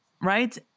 Right